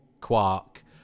quark